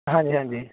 ਹਾਂਜੀ ਹਾਂਜੀ